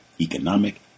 economic